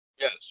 Yes